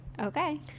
okay